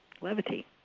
levity